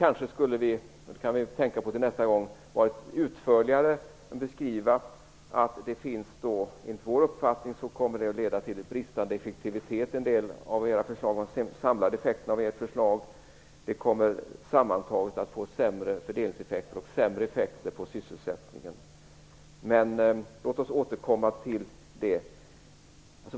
Kanske kan vi göra det nästa gång och vara utförligare. Enligt vår uppfattning kommer den samlade effekten av en del av era förslag att bli bristande effektivitet. Sammantaget kommer det att ge sämre fördelningseffekt och sämre effekter på sysselsättning. Men låt oss återkomma till det.